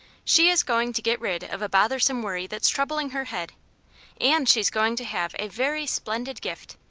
she is going to get rid of a bothersome worry that's troubling her head and she's going to have a very splendid gift,